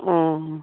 অঁ